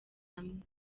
amwe